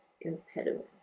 impediment